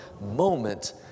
moment